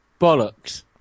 Bollocks